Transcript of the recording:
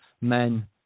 Men